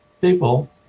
people